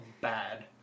Bad